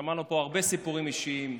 שמענו פה הרבה סיפורים אישיים.